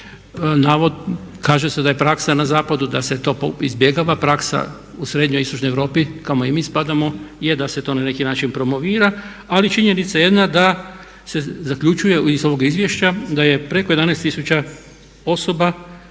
Kaže se da je praksa na zapadu da se to izbjegava, praksa u srednjoj i istočnoj Europi kamo i mi spadamo je da se to na neki način promovira. Ali je činjenica jedna da se zaključuje iz ovog izvješća da je preko 11 000 osoba